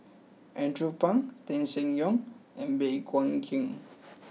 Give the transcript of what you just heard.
Andrew Phang Tan Seng Yong and Baey Yam Keng